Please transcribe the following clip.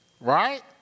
Right